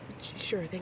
Sure